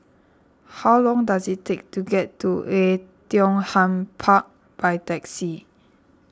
how long does it take to get to Oei Tiong Ham Park by taxi